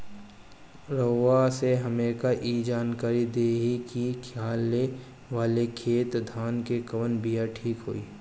रउआ से हमके ई जानकारी देई की खाले वाले खेत धान के कवन बीया ठीक होई?